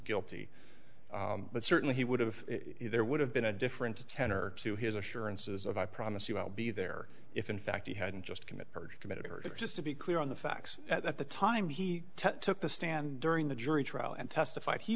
guilty but certainly he would have there would have been a different tenor to his assurances of i promise you i'll be there if in fact he hadn't just commit perjury committed perjury just to be clear on the facts at the time he took the stand during the jury trial and testified he